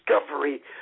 discovery